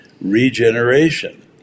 regeneration